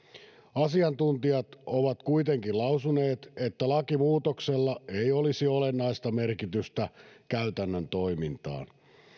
asiantuntijat ovat kuitenkin lausuneet että lakimuutoksella ei olisi olennaista vaikutusta käytännön toimintaan